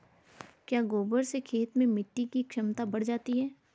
क्या गोबर से खेत में मिटी की क्षमता बढ़ जाती है?